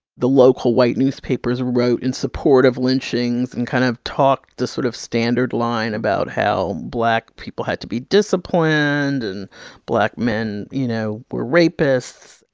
the local white newspapers, wrote in support of lynchings and kind of talked the sort of standard line about how black people had to be disciplined and black men you know were rapists.